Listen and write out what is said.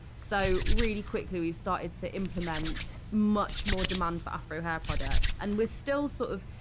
so really quickly we started to implement much more demand for afro hair products and we're still sort of,